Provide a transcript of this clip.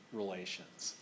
relations